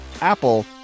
Apple